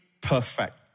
perfect